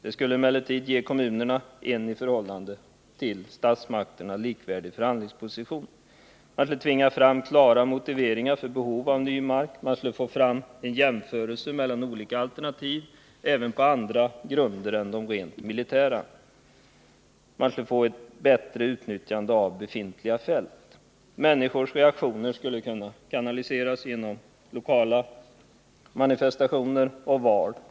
Det skulle emellertid ge kommunerna en i förhållande till statsmakterna likvärdig förhandlingsposition. Man skulle tvinga fram klara motiveringar för behov av ny mark. Man skulle få fram en jämförelse mellan olika alternativ även på andra grunder än de rent militära. Man skulle få ett bättre utnyttjande av befintliga fält. Människornas reaktioner skulle kunna kanaliseras genom lokala manifestationer och val.